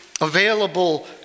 available